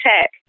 tech